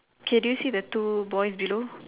okay do you see the two boys below